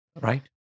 Right